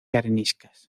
areniscas